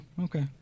okay